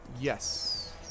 Yes